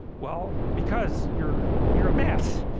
well, because you're you're a mess